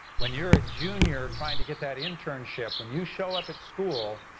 when you're a junior trying to get that internship, when you show up at school,